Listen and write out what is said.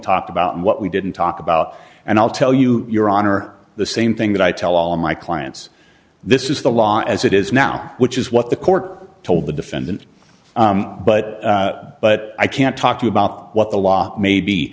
talked about what we didn't talk about and i'll tell you your honor the same thing that i tell all my clients this is the law as it is now which is what the court told the defendant but but i can't talk to you about what the law may be